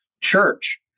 church